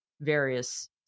various